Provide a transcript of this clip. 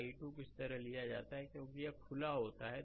i2 को इस तरह से लिया जाता है क्योंकि यह खुला होता है